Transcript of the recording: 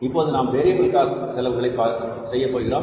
இப்போது நாம் variable cost செலவுகளை செய்யப்போகிறோம்